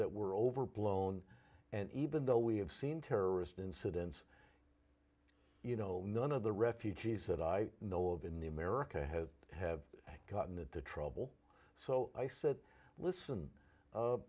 that were overblown and even though we have seen terrorist incidents you know none of the refugees that i know of in the america have have gotten that the trouble so i said listen